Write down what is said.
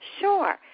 Sure